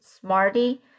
smarty